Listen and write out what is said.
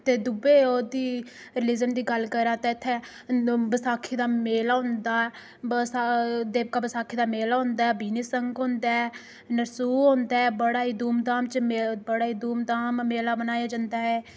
ते दुए ओह्दी रीलिजन दी गल्ल करां ते इत्थै बसाखी दा मेला होंदा बसा देविका बसाखी दा मेला होंदा ऐ बीनी संग होंदा ऐ नरसू होंदा ऐ बड़ी धूमधाम बड़ा च बड़ी ही धूमधाम मेला मनाया जंदा ऐ